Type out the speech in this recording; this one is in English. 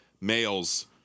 males